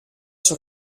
sua